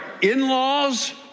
in-laws